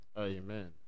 Amen